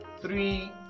three